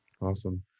Awesome